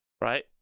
right